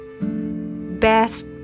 Best